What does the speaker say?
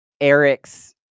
Eric's